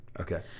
Okay